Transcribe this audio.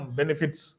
benefits